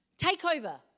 takeover